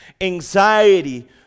anxiety